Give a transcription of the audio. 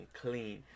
clean